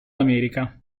america